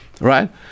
right